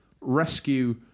rescue